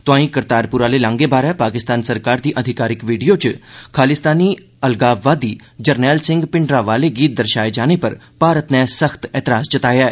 तोआईं करतारपुर आह्ले लांघे बारे पाकिस्तानी सरकार दी अधिकारिक वीडियो च खालिस्तानी अलगाववादी जरनैल सिंह भिंडरांवाले गी दर्शाए जाने पर भारत नै सख्त ऐतराज़ जताया ऐ